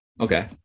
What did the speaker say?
Okay